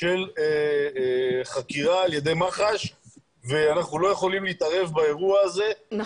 של חקירה על ידי מח"ש ואנחנו לא יכולים להתערב באירוע הזה -- נכון.